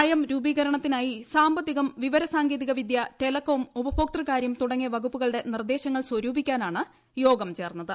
നയം രൂപീകരണത്തിനായി സാമ്പത്തികം വിവരസാങ്കേതിക വിദ്യ ടെലികോം ഉപഭോക്തൃകാരൃം തുടങ്ങിയ വകുപ്പുകളുടെ നിർദ്ദേശങ്ങൾ സ്വരൂപിക്കാനാണ് യോഗം ചേർന്നത്